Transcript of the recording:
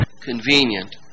convenient